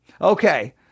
Okay